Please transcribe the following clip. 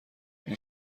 این